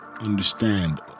understand